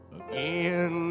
again